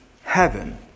heaven